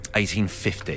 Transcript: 1850